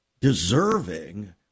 deserving